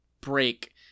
break